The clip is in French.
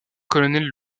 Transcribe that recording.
colonel